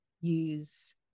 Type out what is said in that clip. use